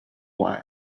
why